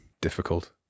difficult